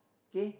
K